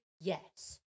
yes